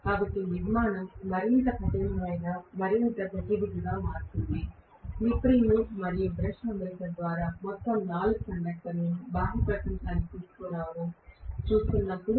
కాబట్టి నిర్మాణం మరింత కఠినమైన మరియు గజిబిజిగా మారుతుంది స్లిప్ రింగ్ మరియు బ్రష్ అమరిక ద్వారా మొత్తం 4 కండక్టర్లను బాహ్య ప్రపంచానికి తీసుకురావడం చూస్తున్నప్పుడు